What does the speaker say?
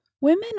Women